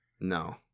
no